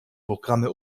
programme